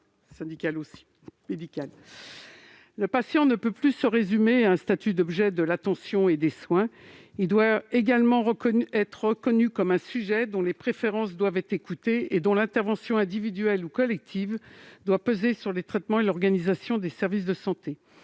du patient ne peut plus se résumer à celui d'objet d'attention et de soins. Il doit être également reconnu comme un sujet dont les préférences doivent être écoutées et dont l'intervention individuelle ou collective doit peser sur les traitements et sur l'organisation des services de santé.